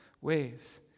ways